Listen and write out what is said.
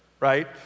Right